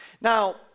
Now